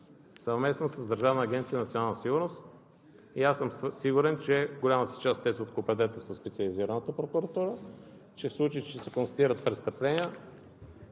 съвместно с Държавна агенция „Национална сигурност“. Аз съм сигурен, че в голямата си част те са от компетентност на Специализираната прокуратура, че в случай че се констатират престъпления